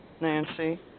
Nancy